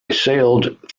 sailed